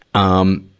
um,